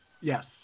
Yes